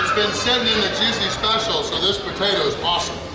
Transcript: been sitting in the juicy special so this potato is awesome!